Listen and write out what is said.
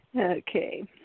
Okay